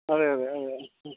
അതെ അതെ അതെ ആ